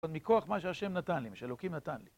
מכוח מה שהשם נתן לי, שאלוקים נתן לי.